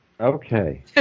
Okay